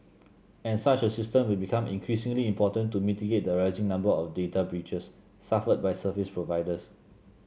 and such a system will become increasingly important to mitigate the rising number of data breaches suffered by service providers